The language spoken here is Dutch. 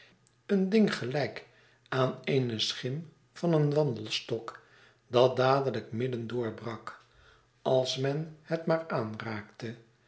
een ding gelijk aan gene schim van een wandelstok dat dadelijk midden door brak als men het maar aanraakte